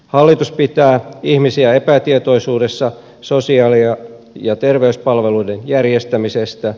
hallitus pitää ihmisiä epätietoisuudessa sosiaali ja terveyspalveluiden järjestämisestä